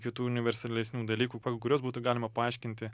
kitų universalesnių dalykų kuriuos būtų galima paaiškinti